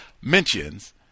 mentions